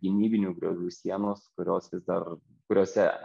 gynybinių griovių sienos kurios vis dar kuriose